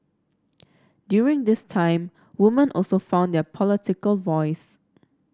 during this time woman also found their political voice